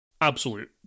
absolute